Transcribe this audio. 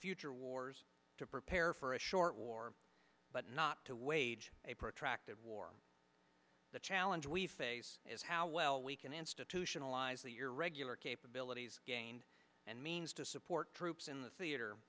future wars to prepare for a short war but not to wage a protracted war the challenge we face is how well we can institutionalize that your regular capabilities again and means to support troops in the theater